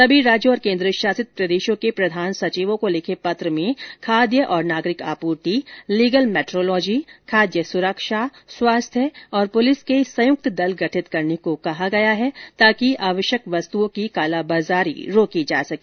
सभी राज्यों और केन्द्र शासित प्रदेशों के प्रधान सचिवों को लिखे पत्र में खाद्य और नागरिक आपूर्ति लीगल मेट्रोलॉजी खाद्य सुरक्षा स्वास्थ्य और पुलिस के संयुक्त दल गठित करने को कहा गया है ताकि आवश्यक वस्तुओं की कालाबाजारी रोकी जा सके